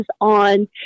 on